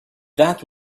that